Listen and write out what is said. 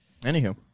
Anywho